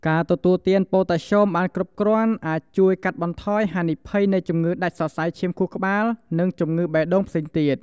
ការទទួលទានប៉ូតាស្យូមបានគ្រប់គ្រាន់អាចជួយកាត់បន្ថយហានិភ័យនៃជំងឺដាច់សរសៃឈាមខួរក្បាល និងជំងឺបេះដូងផ្សេងទៀត។